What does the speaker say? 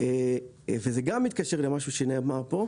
וזה גם מתקשר למשהו שנאמר פה: